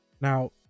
Now